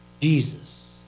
Jesus